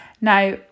now